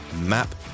map